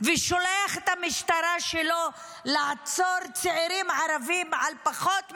ושולח את המשטרה שלו לעצור צעירים ערבים על פחות מזה,